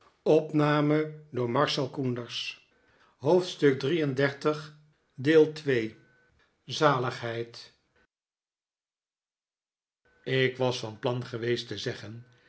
dora ik was van plan geweest te zeggen